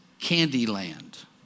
Candyland